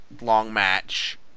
long-match